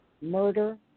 murder